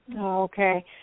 Okay